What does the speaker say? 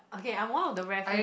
okay I'm one of the rare few